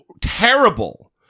terrible